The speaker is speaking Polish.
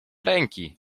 ręki